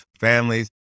families